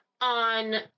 on